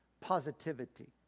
positivity